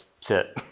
sit